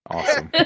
Awesome